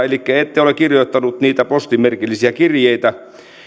elikkä ette ole kirjoittaneet niitä postimerkillisiä kirjeitä